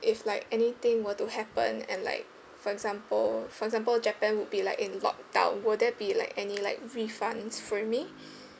if like anything were to happen and like for example for example japan would be like in lock down will there be like any like refunds for me